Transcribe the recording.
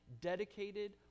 dedicated